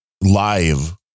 live